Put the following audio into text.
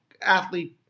Athlete